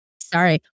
sorry